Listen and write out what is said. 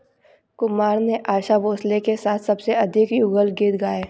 कुमार ने आशा भोंसले के साथ सबसे अधिक युगल गीत गाए